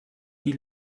die